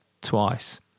twice